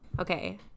Okay